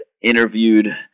interviewed